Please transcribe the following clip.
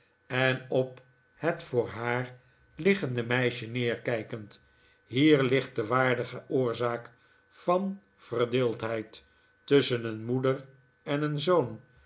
en op het voor haar liggende meisje neerkijkend hier ligt de waardige oorzaak van verdeeldheid tusschen een moeder en een zoon